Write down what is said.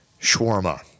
Shawarma